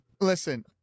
Listen